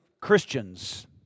Christians